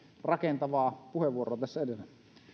rakentavaa puheenvuoroa tässä edellä